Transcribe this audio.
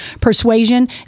persuasion